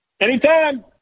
Anytime